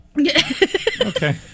Okay